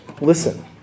Listen